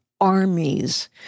armies